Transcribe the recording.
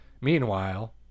Meanwhile